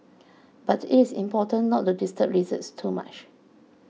but it is important not to disturb lizards too much